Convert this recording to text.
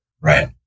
Right